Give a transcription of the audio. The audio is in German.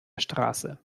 straße